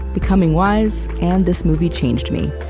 becoming wise, and this movie changed me.